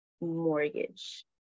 mortgage